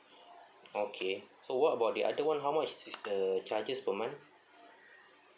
okay so what about the other one how much is the charges per month